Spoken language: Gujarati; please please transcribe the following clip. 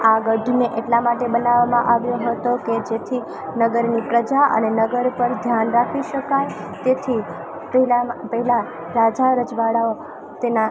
આ ગઢને એટલા માટે બનાવામાં આવ્યો હતો કે જેથી નગરની પ્રજા અને નગર પર ધ્યાન રાખી શકાય તેથી તેના પહેલાં રાજા રજવાડાઓ તેના